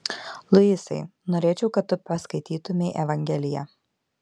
luisai norėčiau kad tu paskaitytumei evangeliją